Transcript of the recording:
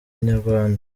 inyarwanda